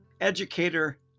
educator